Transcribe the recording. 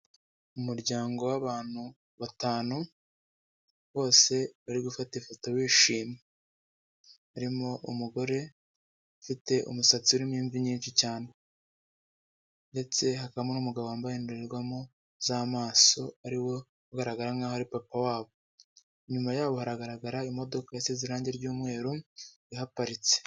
Umuryango w'abantu batanu bose bari gufata ifoto bishimye, harimo umugore ufite umusatsi urimo imvi nyinshi cyane ndetse hakabamo n'umugabo wambaye indorerwamo z'amaso ari we ugaragara nk'aho ari papa wabo, inyuma yabo haragaragara imodoka isize irangi ry'umweru ihaparitse.